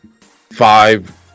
five